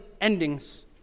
endings